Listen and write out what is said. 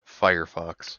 firefox